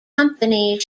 company